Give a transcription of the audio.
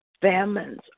famines